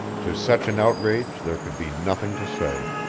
to such an outrage there could be nothing to say.